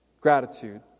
gratitude